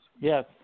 Yes